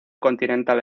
continental